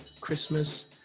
Christmas